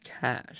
cash